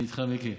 אני איתך, מיקי,